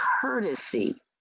courtesy